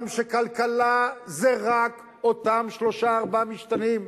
שכלכלה זה רק אותם שלושה-ארבעה משתנים.